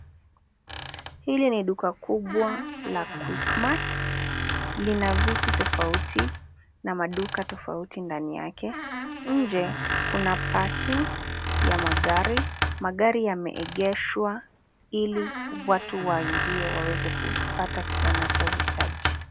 Hili ni duka kubwa la Quickmart. Lina vitu tofauti na maduka tofauti ndani yake. Nje, kuna parking ya magari. Magari yameegeshwa ili watu waingie waweze kupata wanachohitaji.